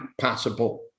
possible